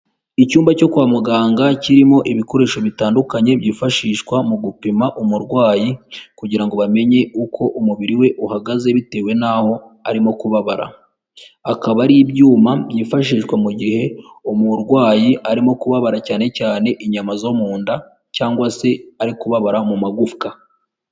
Icyumba cyo kwa muganga kirimo ibikoresho bitandukanye byifashishwa mu gupima umurwayi, kugirango bamenye uko umubiri we uhagaze bitewe n'aho arimo kubabara, akaba ari ibyuma byifashishwa mu gihe umurwayi arimo kubabara cyane cyane inyama zo mu nda cyangwa se ari kubabara mu magufwa.